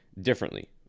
differently